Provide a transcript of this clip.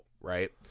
right